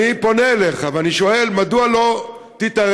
אני פונה אליך ואני שואל, מדוע לא תתערב?